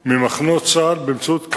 2. מה ייעשה להסרת האיסור?